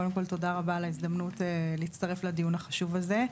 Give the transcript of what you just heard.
קודם כל תודה רבה על ההזדמנות להצטרף לדיון החשוב הזה.